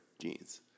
Jeans